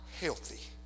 healthy